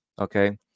Okay